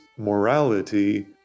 Morality